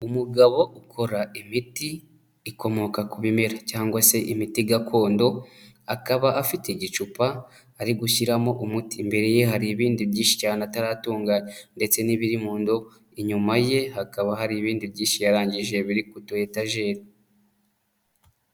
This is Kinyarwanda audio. Umugabo ukora imiti ikomoka ku bimera cyangwa se imiti gakondo akaba afite igicupa ari gushyiramo umuti, imbere ye hari ibindi byinshi cyane ataratunganya ndetse n'ibiri mu ndobo, inyuma ye hakaba hari ibindi byinshi yarangije biri ku tuyetajeri.